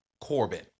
Corbin